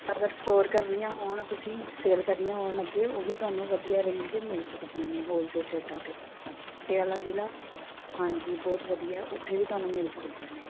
ਅਗਰ ਸਟੋਰ ਕਰਨੀਆਂ ਹੋਣ ਤੁਸੀਂ ਸੇਲ ਕਰਨੀਆਂ ਹੋਣ ਅੱਗੇ ਉਹ ਵੀ ਤੁਹਾਨੂੰ ਵਧੀਆ ਰੇਂਜ 'ਤੇ ਮਿਲ ਸਕਦੀਆਂ ਨੇ ਹੋਲਸੇਲ ਰੇਟਾਂ 'ਤੇ ਪਟਿਆਲਾ ਜ਼ਿਲ੍ਹਾ ਹਾਂਜੀ ਬਹੁਤ ਵਧੀਆ ਉੱਥੇ ਵੀ ਤੁਹਾਨੂੰ ਮਿਲ ਸਕਦੀਆਂ ਨੇ